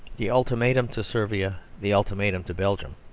the ultimatum to servia, the ultimatum to belgium,